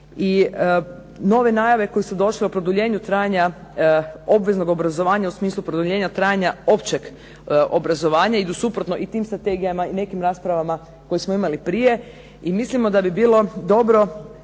I nove najave koje su došle o produljenju trajanja obveznog obrazovanja u smislu produljenja trajanja općeg obrazovanja, idu suprotno i tim strategijama i nekim raspravama koje smo imali prije. I mislim da bi bilo dobro,